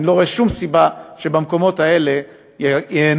אני לא רואה שום סיבה שבמקומות האלה ייהנו